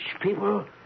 people